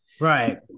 Right